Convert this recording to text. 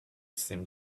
seemed